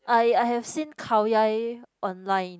I I have seen Khao-Yai online